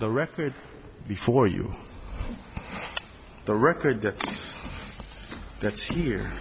the record before you the record that that's here